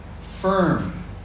firm